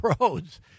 roads